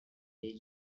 day